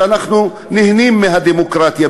שאנחנו נהנים מהדמוקרטיה,